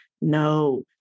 no